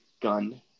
gun